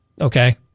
Okay